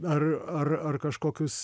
ar ar ar kažkokius